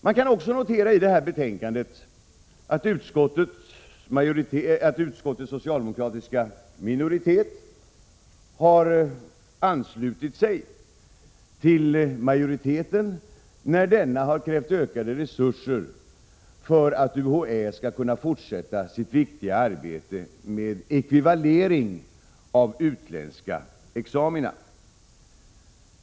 Man kan i det här betänkandet också notera att utskottets socialdemokratiska minoritet har anslutit sig till majoriteten när denna har krävt ökade resurser för att UHÄ skall kunna fortsätta sitt viktiga arbete med ekvivalering av utländska examina.